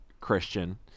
Christian